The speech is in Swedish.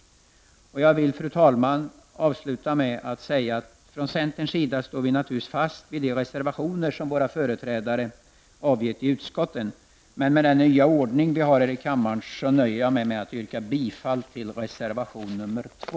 Fru talman! Jag vill avsluta med att säga att vi från centern naturligtvis står fast vid de reservationer som våra företrädare avgett i utskotten. Men med den nya ordning vi har här i kammaren nöjer jag mig med att yrka bifall till reservation 2.